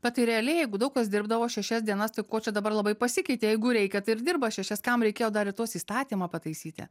bet tai realiai jeigu daug kas dirbdavo šešias dienas tai ko čia dabar labai pasikeitė jeigu reikia tai ir dirba šešias kam reikėjo dar į tuos įstatymą pataisyti